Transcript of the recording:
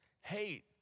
hate